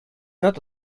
not